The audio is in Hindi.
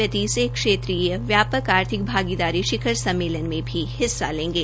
वह तीसरे क्षेत्रीय व्यापक आर्थिक भागीदारी शिखर सम्मेलन में हिस्सा लेंगे